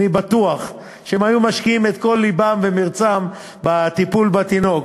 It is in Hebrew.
אני בטוח שהם היו משקיעים את כל לבם ומרצם בטיפול בתינוק,